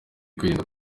kwirinda